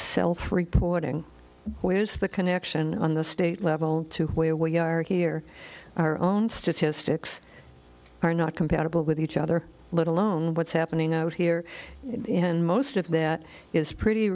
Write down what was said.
self reporting where's the connection on the state level to where we are here our own statistics are not compatible with each other let alone what's happening out here and most of that is pretty